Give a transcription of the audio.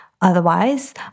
Otherwise